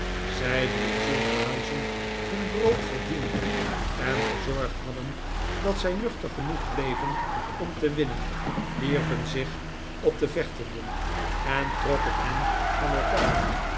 zij die in zulke huizen hun brood yerdienen en gezorgd hadden dat zij nuchter genoeg bleven om te winnen wierpen zich op de vechtenden en trokken hen van elkaar